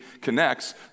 connects